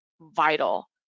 vital